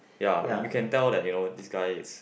ya and you can tell that you know this guy is